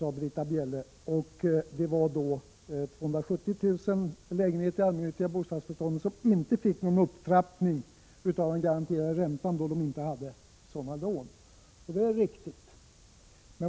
Hon sade också att 270 000 lägenheter i det allmännyttiga bostadsbeståndet inte fick någon upptrappning av den garanterade räntan då de inte hade sådana lån att det var möjligt, och det är riktigt.